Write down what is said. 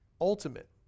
ultimate